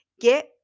Get